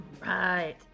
right